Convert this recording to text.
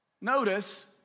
Notice